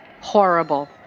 Horrible